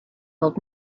old